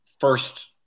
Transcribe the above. first